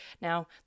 Now